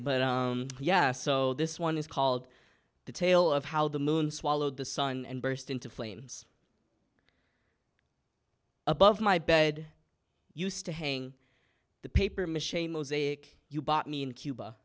but yeah so this one is called the tale of how the moon swallowed the sun and burst into flames above my bed used to hang the paper mach mosaic you bought me in cuba